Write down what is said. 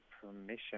permission